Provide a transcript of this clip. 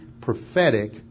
prophetic